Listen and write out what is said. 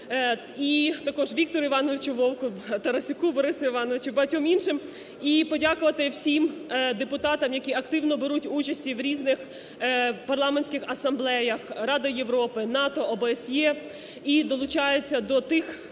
і також Віктору Івановичу Вовку, Тарасюку Борису Івановичу, багатьом іншим. І подякувати всім депутатам, які активно беруть участь в різних Парламентських Асамблеях Ради Європи, НАТО, ОБСЄ і долучаються до тих